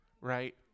right